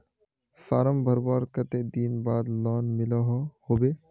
Form भरवार कते दिन बाद लोन मिलोहो होबे?